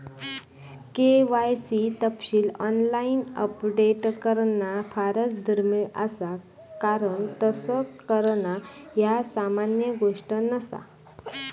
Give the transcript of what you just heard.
KYC तपशील online update करणा फारच दुर्मिळ असा कारण तस करणा ह्या सामान्य गोष्ट नसा